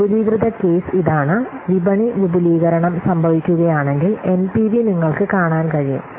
വിപുലീകൃത case ഇതാണ് വിപണി വിപുലീകരണം സംഭവിക്കുകയാണെങ്കിൽ എൻപിവി നിങ്ങൾക്ക് കാണാൻ കഴിയും